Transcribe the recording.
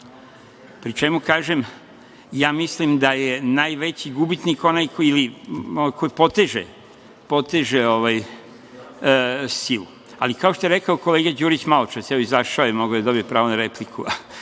Pri čemu, kažem, ja mislim da je najveći gubitnik onaj koji poteže silu. Kao što je rekao kolega Đurić maločas, izašao je, mogao je da dobije pravo na repliku